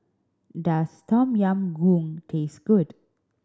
does Tom Yam Goong taste good